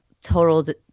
total